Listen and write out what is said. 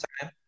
time